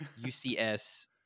UCS